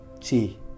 see